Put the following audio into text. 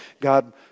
God